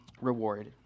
reward